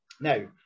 Now